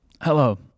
Hello